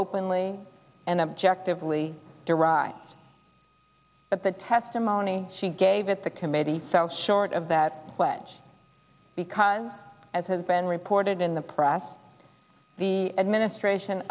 openly and objectively derived but the testimony she gave at the committee fell short of that way because as has been reported in the press the administration